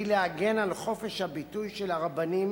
היא להגן על חופש הביטוי של הרבנים,